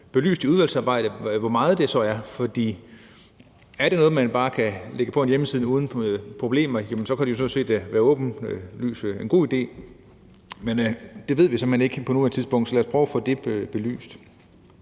belyst i udvalgsarbejdet hvor meget så er, for er det noget, man bare kan lægge på en hjemmeside uden problemer, kan det jo sådan set åbenlyst være en god idé. Men det ved vi simpelt hen ikke på nuværende tidspunkt, så lad os prøve at få det belyst.